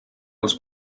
als